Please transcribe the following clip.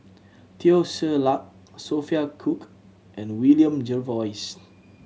Teo Ser Luck Sophia Cooke and William Jervois